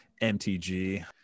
MTG